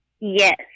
Yes